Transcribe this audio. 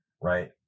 right